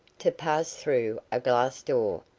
to pass through a glass door,